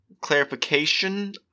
Clarification